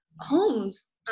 homes